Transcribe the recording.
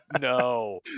no